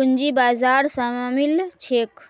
पूंजी बाजार शामिल छेक